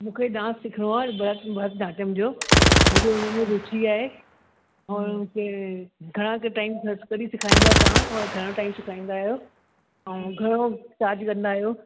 मूंखे डांस सिखिणो आहे भ भरतनाट्यम जो मुंहिंजो हुन में रुचि आहे और हुते घणा क टाइम कॾहिं सेखारींदा आहियो तव्हां और घणो टाइम सेखारींदा आहियो ऐं घणो चार्ज कंदा आहियो